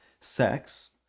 sex